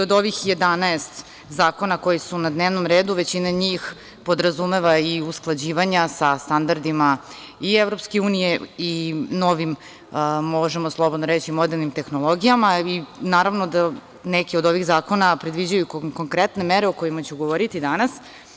Od ovih 11 zakona, koji su na dnevnom redu, većina njih podrazumeva i usklađivanja sa standardima i EU i novim, možemo slobodno reći, modernim tehnologijama i naravno da neki od ovih zakona predviđaju konkretne mere, o kojima ću govoriti danas.